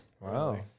wow